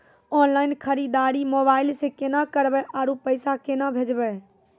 Online खरीददारी mobile से केना करबै, आरु पैसा केना भेजबै?